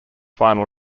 final